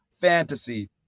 fantasy